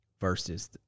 Versus